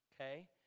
Okay